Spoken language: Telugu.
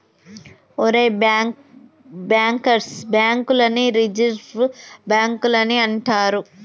ఒరేయ్ బ్యాంకర్స్ బాంక్ లని రిజర్వ్ బాంకులని అంటారు